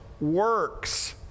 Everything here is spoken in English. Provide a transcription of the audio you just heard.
works